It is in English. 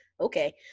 okay